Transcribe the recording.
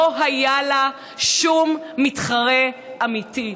לא היה לה שום מתחרה אמיתי.